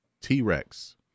T-Rex